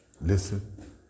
listen